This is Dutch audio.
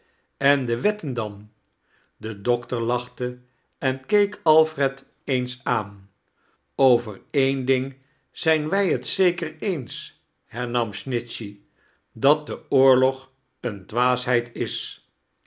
en de wetten dan de doctor lacht en keek alfred eens aan over een ding zijn wij het zeker eens hernam snitchey dat de oorlog eene dwaasheid is